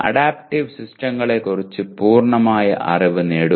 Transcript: adaptive സിസ്റ്റങ്ങളെക്കുറിച്ച് പൂർണ്ണമായ അറിവ് നേടുക